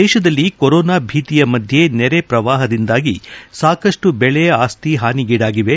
ದೇಶದಲ್ಲಿ ಕೊರೊನಾ ಭೀತಿಯ ಮಧ್ಯೆ ನೆರೆ ಪ್ರವಾಹದಿಂದಾಗಿ ಸಾಕಷ್ಟು ಬೆಳೆ ಆಸ್ತಿ ಹಾನಿಗೀಡಾಗಿವೆ